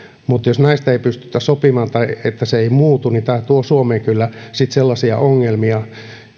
mutta jos näistä ei pystytä sopimaan tai se ei muutu niin tämä tuo suomeen kyllä sellaisia ongelmia